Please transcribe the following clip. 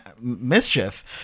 mischief